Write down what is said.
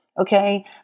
Okay